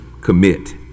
Commit